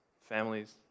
families